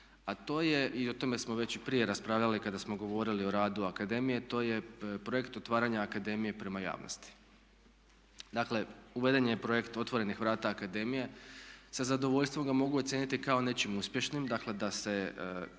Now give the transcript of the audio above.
a to je i o tome smo već prije raspravljali kada smo govorili o radu akademije to je projekt otvaranja akademije prema javnosti. Dakle uveden je projekt otvorenih vrata akademije. Sa zadovoljstvom ga mogu ocijeniti kao nečim uspješnim dakle da se